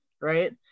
right